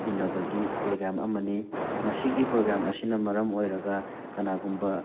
ꯎꯅꯕꯒꯤ program ꯑꯃꯅꯤ ꯃꯁꯤꯒꯤ program ꯑꯁꯤꯅ ꯃꯔꯝ ꯑꯣꯏꯔꯒ ꯀꯅꯥꯒꯨꯝꯕ